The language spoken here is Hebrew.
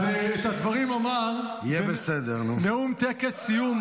אז את הדברים אמר בנאום בטקס סיום מחזור,